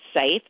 safe